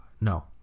No